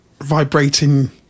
vibrating